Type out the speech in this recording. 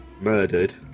Murdered